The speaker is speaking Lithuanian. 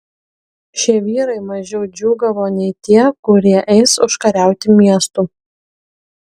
šie vyrai mažiau džiūgavo nei tie kurie eis užkariauti miestų